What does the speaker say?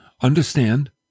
understand